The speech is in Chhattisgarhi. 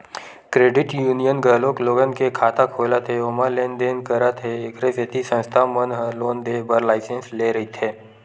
क्रेडिट यूनियन घलोक लोगन के खाता खोलत हे ओमा लेन देन करत हे एखरे सेती संस्था मन ह लोन देय बर लाइसेंस लेय रहिथे